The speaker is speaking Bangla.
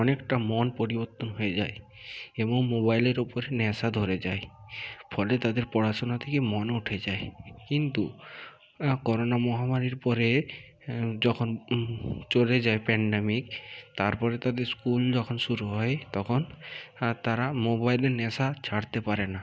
অনেকটা মন পরিবর্তন হয়ে যায় এবং মোবাইলের উপর নেশা ধরে যায় ফলে তাদের পড়াশোনা থেকে মন উঠে যায় কিন্তু করোনা মহামারীর পরে যখন চলে যায় প্যান্ডেমিক তারপরে তাদের স্কুল যখন শুরু হয় তখন আর তারা মোবাইলের নেশা ছাড়তে পারে না